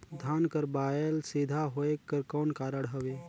धान कर बायल सीधा होयक कर कौन कारण हवे?